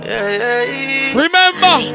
Remember